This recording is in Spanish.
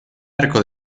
arco